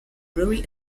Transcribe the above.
brewery